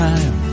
Time